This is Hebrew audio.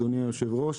אדוני היושב-ראש.